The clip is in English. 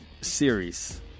series